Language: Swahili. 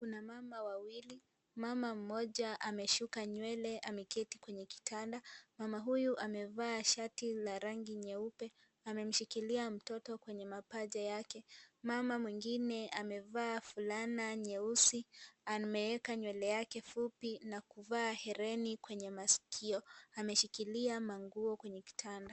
Kuna mama wawili. Mama mmoja amesuka nywele ameketi kwenye kitanda. Mama huyu amevaa shati la rangi nyeupe na amemshikilia mtoto kwenye mapaja yake. Mama mwengine amevaa fulana nyeusi. Ameweka nywele yake fupi na kuvaa herini kwenye masikio. ameshikilia manguo kwenye kitanda.